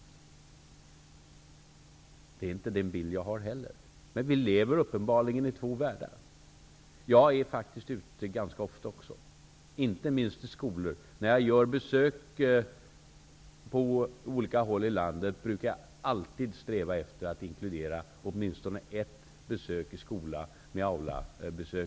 Det är inte den bild som jag har. Men vi lever uppenbarligen i två världar. Jag är faktiskt också ganska ofta ute, inte minst i skolor. När jag gör besök på olika håll i landet, brukar jag alltid sträva efter att inkludera åtminstone ett besök i någon skola.